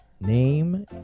Name